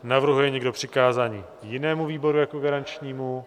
Navrhuje někdo přikázání jinému výboru jako garančnímu?